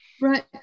right